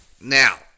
Now